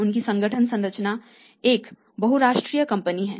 उनकी संगठन संरचना एक बहुराष्ट्रीय कंपनी है